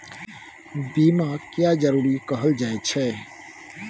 बीमा किये जरूरी कहल जाय छै?